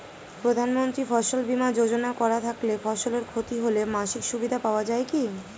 প্রধানমন্ত্রী ফসল বীমা যোজনা করা থাকলে ফসলের ক্ষতি হলে মাসিক সুবিধা পাওয়া য়ায় কি?